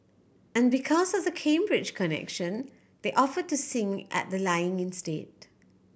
and because of the Cambridge connection they offered to sing at the lying in state